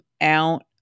out